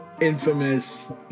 infamous